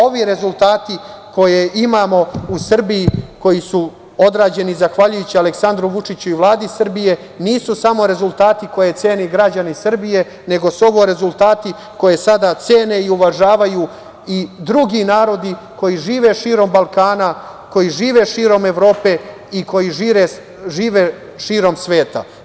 Ove rezultate koje imamo u Srbiji, koji su odrađeni zahvaljujući Aleksandru Vučiću i Vladi Republike Srbije nisu samo rezultati koje cene građani Srbije, nego su ovo rezultati koje sada cene i uvažavaju i drugi narodi koji žive širom Balkana, koji žive širom Evrope i koji žive širom sveta.